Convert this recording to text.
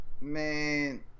man